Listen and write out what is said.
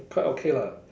quite okay lah